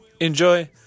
enjoy